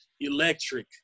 electric